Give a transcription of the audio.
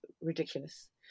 ridiculous